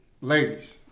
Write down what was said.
ladies